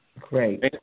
great